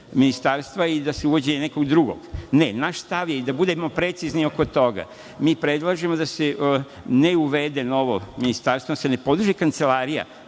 i da se uvodi neko drugo? Ne, naš stav je i da budemo precizni oko toga, mi predlažemo da se ne uvede novo ministarstvo, da se ne podiže Kancelarija